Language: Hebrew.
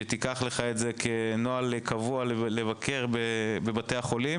אני מבקש ממך שתעשה לך נוהל קבוע לבקר בבתי החולים